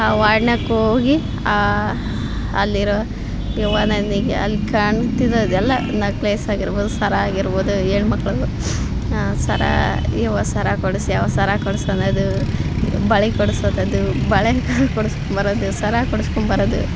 ಆ ವಾರ್ಡ್ನ್ಯಾಕ ಹೋಗಿ ಆ ಅಲ್ಲಿರೋ ಯವ್ವ ನನಗೆ ಅಲ್ಲಿ ಕಾಣ್ತಿದದ ಎಲ್ಲಾ ನಕ್ಲೆಸ್ ಆಗಿರ್ಬೋದು ಸರ ಆಗಿರ್ಬೋದು ಹೆಣ್ಮಕ್ಳದು ಸರ ಯವ್ವ ಸರ ಕೊಡಿಸು ಯವ್ವ ಸರ ಕೊಡ್ಸು ಅನ್ನೋದು ಬಳಿ ಕೊಡ್ಸು ಅನ್ನದು ಬಳೆ ಕೊಡ್ಸ್ಕಂಡು ಬರೋದು ಸರ ಕೊಡ್ಸ್ಕಂಡು ಬರೋದು